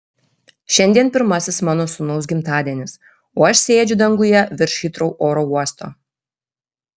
šiandien pirmasis mano sūnaus gimtadienis o aš sėdžiu danguje virš hitrou oro uosto